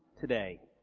today,